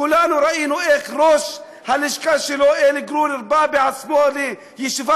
כולנו ראינו איך ראש הלשכה שלו אלי גרונר בא בעצמו לישיבת